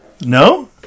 No